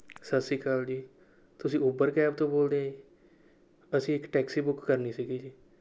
ਸਤਿ ਸ਼੍ਰੀ ਅਕਾਲ ਜੀ ਤੁਸੀਂ ਉਬਰ ਕੈਬ ਤੋਂ ਬੋਲਦੇ ਹਾਂ ਜੀ ਅਸੀਂ ਇੱਕ ਟੈਕਸੀ ਬੁੱਕ ਕਰਨੀ ਸੀਗੀ ਜੀ